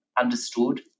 understood